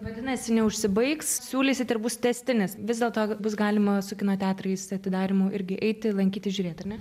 vadinasi neužsibaig siūlysit ir bus tęstinis vis dėlto bus galima su kino teatrais atidarymu irgi eiti lankyti žiūrėti ar nei